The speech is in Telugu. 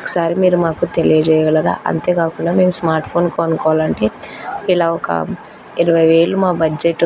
ఒకసారి మీరు మాకు తెలియజేగలరా అంతేకాకుండా మేము స్మార్ట్ఫోన్ కొనుక్కోవాలి అంటే ఇలా ఒక ఇరవై వేలు మా బడ్జెట్